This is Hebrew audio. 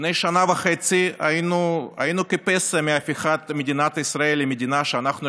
לפני שנה וחצי היינו כפסע מהפיכת מדינת ישראל למדינה שאנחנו,